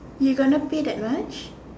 you gonna pay that much